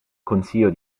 consiglio